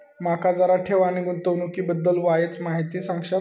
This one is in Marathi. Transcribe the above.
माका जरा ठेव आणि गुंतवणूकी बद्दल वायचं माहिती सांगशात?